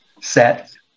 set